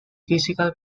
physical